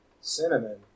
cinnamon